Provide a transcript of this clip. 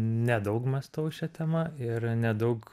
nedaug mąstau šia tema ir nedaug